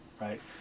right